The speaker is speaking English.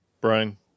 Brian